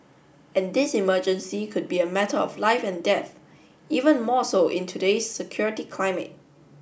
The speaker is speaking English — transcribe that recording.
and this emergency could be a matter of life and death even more so in today's security climate